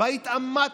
שבהן התעמתנו,